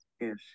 Yes